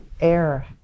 air